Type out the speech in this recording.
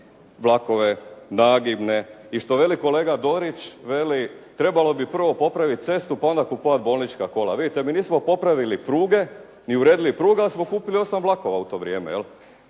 vlakove nagibne. I što veli kolega Dorić, veli trebalo bi prvo popraviti cestu, pa onda kupovati bolnička kola. Vidite mi nismo popravili pruge, ni uredili pruge, ali smo kupili 8 vlakova u to vrijeme.